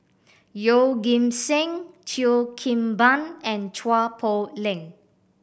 Yeoh Ghim Seng Cheo Kim Ban and Chua Poh Leng